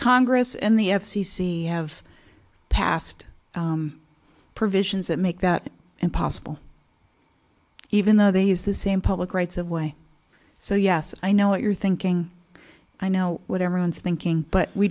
congress and the f c c have passed provisions that make that impossible even though they use the same public rights of way so yes i know what you're thinking i know what everyone's thinking but we